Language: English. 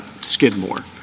Skidmore